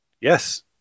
Yes